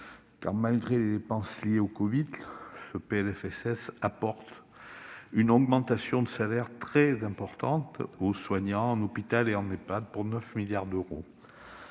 Malgré les dépenses liées au covid, ce PLFSS accorde une augmentation de salaire très importante aux soignants en hôpital et en Ehpad, pour 9 milliards d'euros,